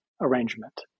arrangement